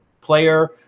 player